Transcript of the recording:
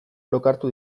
lokartu